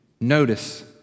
notice